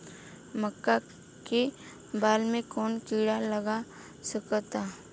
मका के बाल में कवन किड़ा लाग सकता?